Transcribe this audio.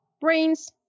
brains